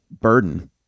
burden